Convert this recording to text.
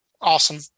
awesome